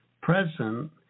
present